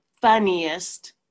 funniest